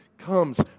comes